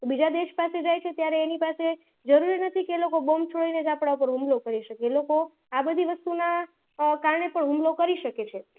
બીજા દેશ પાસે જાય છે ત્યારે એની પાસે જરૂરી નથી કે એ લોકો બોમ્બ છોડીને જ આપણા ઉપર હુમલો કરી શકે એ લોકો આ બધી વસ્તુના કારણે પણ હુમલો કરી શકે છે